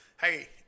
hey